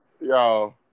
Yo